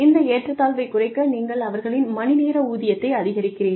இந்த ஏற்றத்தாழ்வைக் குறைக்க நீங்கள் அவர்களின் மணி நேர ஊதியத்தை அதிகரிக்கிறீர்கள்